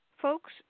folks